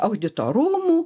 audito rūmų